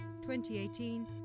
2018